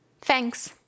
Thanks